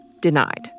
denied